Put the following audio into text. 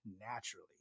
naturally